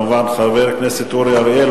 חבר הכנסת אורי אריאל,